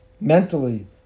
mentally